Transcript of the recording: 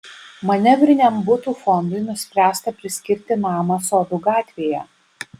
manevriniam butų fondui nuspręsta priskirti namą sodų gatvėje